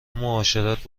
معاشرت